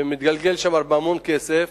ומתגלגל שם המון כסף,